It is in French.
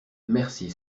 merci